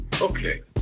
Okay